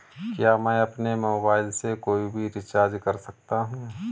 क्या मैं अपने मोबाइल से कोई भी रिचार्ज कर सकता हूँ?